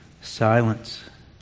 silence